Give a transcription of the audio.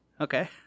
Okay